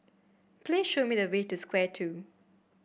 please show me the way to Square Two